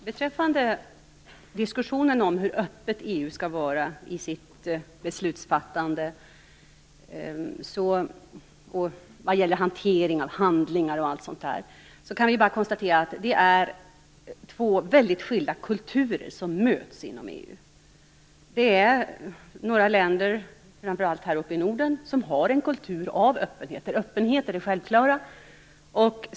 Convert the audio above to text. Herr talman! I diskussionen om hur öppet EU skall vara i sitt beslutsfattande och i hanteringen av handlingar och sådant kan vi bara konstatera att det är två mycket skilda kulturer som möts inom EU. Några länder, framför allt här uppe i Norden, har en kultur av öppenhet. Där är öppenhet det självklara.